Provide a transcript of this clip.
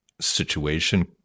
situation